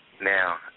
Now